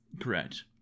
Correct